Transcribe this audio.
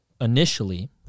initially